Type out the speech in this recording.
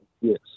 Yes